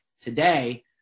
today